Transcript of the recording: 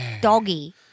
Doggy